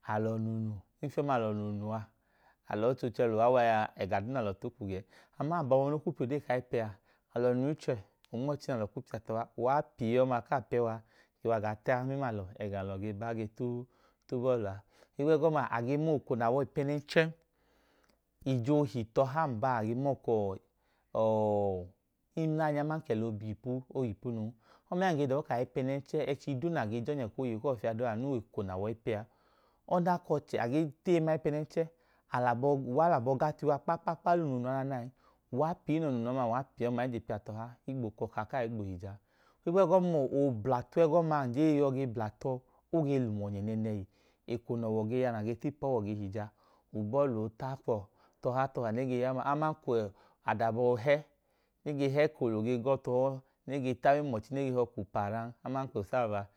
a. alọ nuu, ifi ọma alọ nunu a, ufi i chẹ lẹ uwa wa aya nẹ alọ tu kwu gẹn. Ama abọ noo kwu piya ode ku ayipẹ a, alọ nunu ichẹ onma ọchi nu alọ kwu piya tọha. Uwa pii ọma, kaa pẹ wa gaa ta mẹmla alọ ẹga nẹ alọ ge ba ge tau bọọlu a. Ohigbu ẹgọma, a gee mọọ, eko nẹ a wẹ ọyipẹnẹnchẹ, ija oohe tọha n baa, a ge mọọ ka ọọ ọọ, imlanyi aman ka ọda oobi ipu o yọ ipu nun. Ọma ya num ge ka ka eko nẹ a ge jọnyẹ uwọ fiyẹ wẹ eko nẹ a wẹ ọyipẹ a. Ọdanka ọchẹ, a gee teyi ma aypẹnẹnchẹ, a lẹ abọ, uwa lẹ abọ gat u iyuwa kpa kpa kpa uwa lẹ unu nu anana ẹẹ, uwa noo nunu ọma, uwa pii ọma i je piya tọha i gboo kọka, i gboo hija. Ohigbu ẹgọma, ng jen yọ ge bla tọ, o ge lẹ um ọnyẹ nẹẹnẹhi. Eko nẹ ọwọ ge ya, ng ge ta ipu ọwọ ge hija, ubọọlu ooa kuwọ tọha tọha nẹẹ e ge ya ọma, aman ka adaba oohẹ nẹ e ge hẹ, nẹ e ge tag a ọchẹ nẹ e ge hi ka upara aman ka